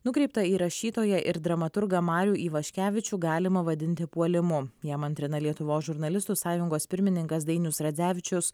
nukreiptą į rašytoją ir dramaturgą marių ivaškevičių galima vadinti puolimu jam antrina lietuvos žurnalistų sąjungos pirmininkas dainius radzevičius